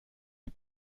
die